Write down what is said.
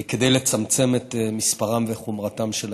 כדי לצמצם את מספרם וחומרתם של האירועים.